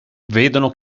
vedono